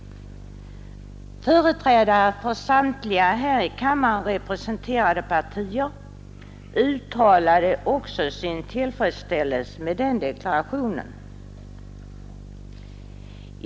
Företrädare för samtliga här i kammaren representerade partier uttalade också sin tillfredsställelse med den deklarationen.